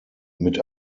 mit